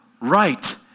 right